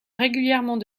régulièrement